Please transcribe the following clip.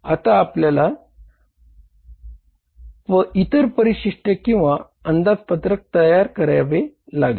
आता आपल्याला इतर परिशिष्ट किंवा अंदाजपत्रक तयार करावे लागेल